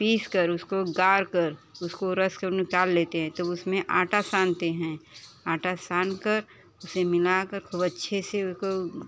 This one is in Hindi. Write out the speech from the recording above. पीसकर उसको गाड़कर उसको रस को निकाल लेते हैं तब उसमें आटा सानते हैं आटा सानकर उसे मिलाकर खूब अच्छे से उसको